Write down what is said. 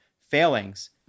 failings